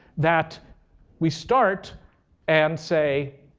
that we start and say,